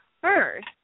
first